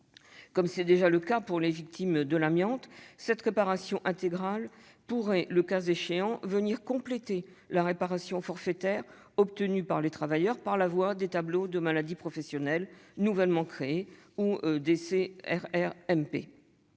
Comme c'est déjà le cas pour les victimes de l'amiante, cette réparation intégrale pourrait, le cas échéant, venir compléter la réparation forfaitaire obtenue par les travailleurs par la voie des tableaux de maladies professionnelles nouvellement créés ou des CRRMP.